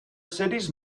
cities